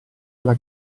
alla